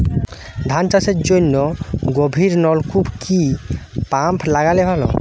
ধান চাষের জন্য গভিরনলকুপ কি পাম্প লাগালে ভালো?